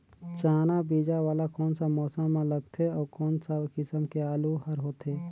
चाना बीजा वाला कोन सा मौसम म लगथे अउ कोन सा किसम के आलू हर होथे?